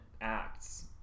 acts